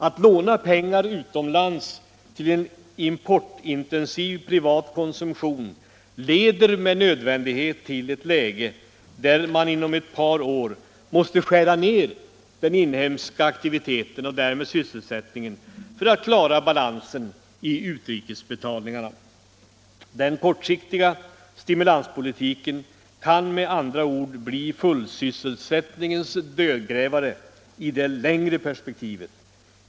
Att låna pengar utomlands till en importintensiv privat konsumtion leder med nödvändighet till ett läge där man inom ett par år måste skära ner den inhemska aktiviteten och därmed sysselsättningen för att klara balansen i utrikesbetalningarna. Den kortsiktiga stimulanspolitiken kan med andra ord bli fullsysselsättningens dödgrävare i det längre perspektivet.